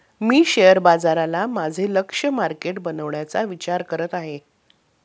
मी share बाजाराला माझे लक्ष्य मार्केट बनवण्याचा विचार करत आहे